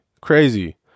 crazy